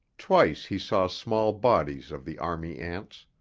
twice he saw small bodies of the army ants.